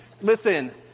Listen